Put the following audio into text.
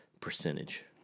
percentage